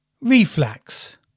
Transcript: Reflex